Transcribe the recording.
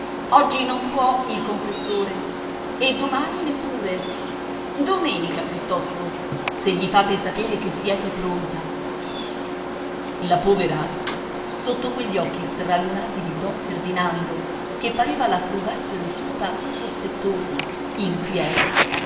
oggi non può il confessore e domani neppure domenica piuttosto se gli fate sapere che siete pronta la poveraccia sotto quegli occhi stralunati di don ferdinando che pareva la frugassero tutta sospettosi inquieti